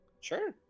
Sure